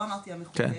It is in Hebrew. לא אמרתי המחוקק,